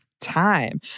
time